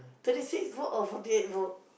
thirty six volt or fourty eight volt